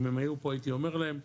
אם הם היו פה הייתי אומר להם 'חבר'ה,